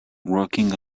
working